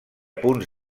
punts